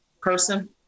person